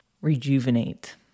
rejuvenate